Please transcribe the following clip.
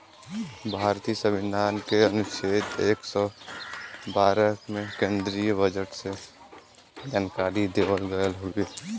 भारतीय संविधान के अनुच्छेद एक सौ बारह में केन्द्रीय बजट के जानकारी देवल गयल हउवे